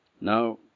Now